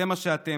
זה מה שאתם,